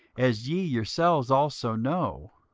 as ye yourselves also know